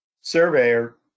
surveyor